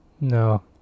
No